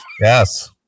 Yes